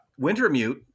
Wintermute